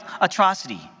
atrocity